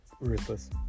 ruthless